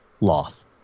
Loth